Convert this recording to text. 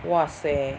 !wahseh!